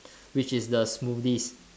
which is the smoothies